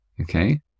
Okay